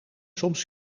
soms